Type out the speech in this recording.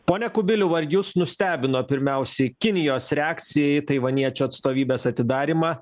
pone kubiliau ar jus nustebino pirmiausiai kinijos reakcija į taivaniečių atstovybės atidarymą